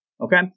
Okay